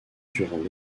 durant